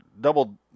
double